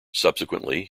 subsequently